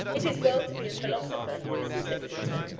it is well to be a philosopher, isn't it, peter?